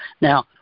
Now